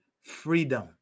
freedom